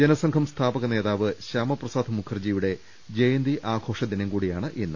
ജനസംഘം സ്ഥാപക നേതാവ് ശ്യാമപ്രസാദ് മുഖർജി യുടെ ജയന്തി ആഘോഷ ദിനംകൂടിയാണ് ഇന്ന്